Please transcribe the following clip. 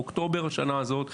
אוקטובר השנה הזאת,